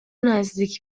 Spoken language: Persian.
نزدیک